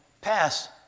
pass